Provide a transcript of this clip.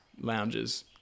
lounges